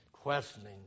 questioning